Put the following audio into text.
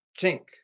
chink